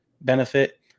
benefit